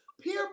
Peer